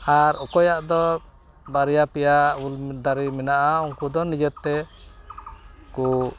ᱟᱨ ᱚᱠᱚᱭᱟᱜᱫᱚ ᱵᱟᱨᱭᱟ ᱯᱮᱭᱟ ᱩᱞ ᱫᱟᱨᱮ ᱢᱮᱱᱟᱜᱼᱟ ᱩᱱᱠᱩᱫᱚ ᱱᱤᱡᱮᱛᱮ ᱠᱚ